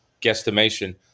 guesstimation